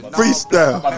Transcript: Freestyle